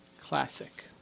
Classic